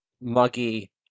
muggy